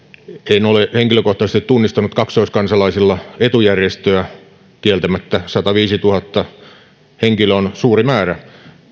en ole henkilökohtaisesti tunnistanut kaksoiskansalaisilla etujärjestöä kieltämättä sataviisituhatta henkilöä on suuri määrä